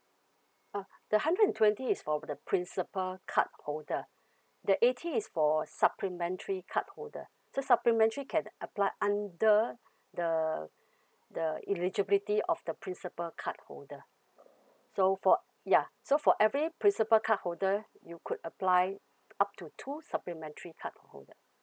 ah the hundred and twenty is for the principal card holder the eighty is for supplementary card holder so supplementary can apply under the the eligibility of the principal card holder so for ya so for every principal card holder you could apply up to two supplementary card holder